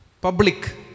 public